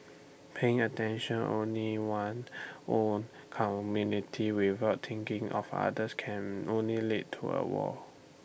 paying attention only one own community without thinking of others can only lead into A wall